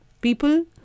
people